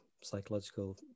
psychological